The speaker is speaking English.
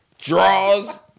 Draws